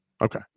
Okay